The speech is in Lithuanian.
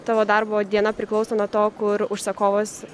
tavo darbo diena priklauso nuo to kur užsakovas